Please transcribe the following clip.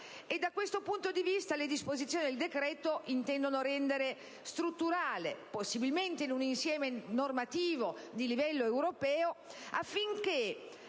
Da questo punto di vista, le disposizioni del decreto-legge intendono rendere strutturale la norma possibilmente in un insieme normativo di livello europeo, affinché